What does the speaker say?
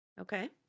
Okay